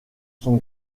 son